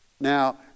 Now